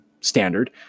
standard